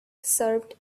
served